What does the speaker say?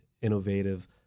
innovative